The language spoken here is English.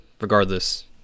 regardless